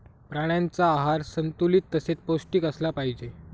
प्राण्यांचा आहार संतुलित तसेच पौष्टिक असला पाहिजे